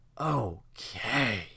Okay